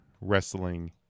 wrestling